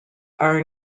are